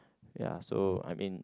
ya so I mean